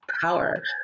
power